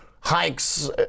hikes